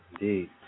Indeed